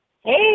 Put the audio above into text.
Hey